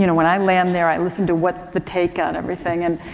you know when i land there, i listen to what's the take on everything and,